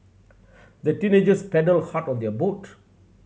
the teenagers paddled hard on their boat